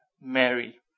Mary